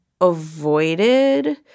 avoided